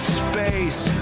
space